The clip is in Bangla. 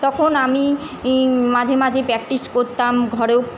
তখন আমি ই মাঝে মাঝে প্র্যাকটিস করতাম ঘরেও